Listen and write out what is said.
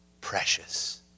precious